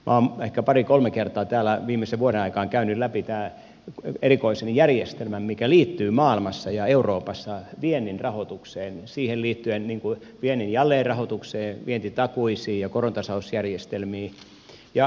olen ehkä pari kolme kertaa täällä viimeisen vuoden aikana käynyt läpi tämän erikoisen järjestelmän mikä liittyy maailmassa ja euroopassa viennin rahoitukseen siihen liittyen viennin jälleenrahoitukseen vientitakuisiin ja korontasausjärjestelmiin